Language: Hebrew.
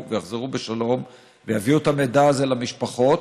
ויחזרו בשלום ויביאו את המידע הזה למשפחות.